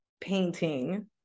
painting